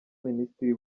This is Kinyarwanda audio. minisitiri